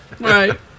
Right